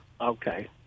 Okay